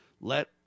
let